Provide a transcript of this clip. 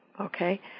Okay